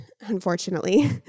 unfortunately